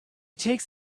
takes